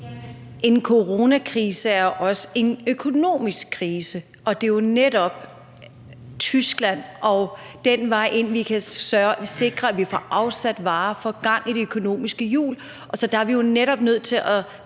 En coronakrise er også en økonomisk krise, og det er jo netop til Tyskland og den vej, vi kan sikre, at vi får afsat varer og får gang i de økonomiske hjul. Så der er vi jo netop nødt til at